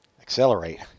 accelerate